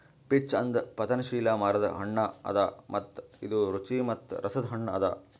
peach ಅನದ್ ಪತನಶೀಲ ಮರದ್ ಹಣ್ಣ ಅದಾ ಮತ್ತ ಇದು ರುಚಿ ಮತ್ತ ರಸದ್ ಹಣ್ಣ ಅದಾ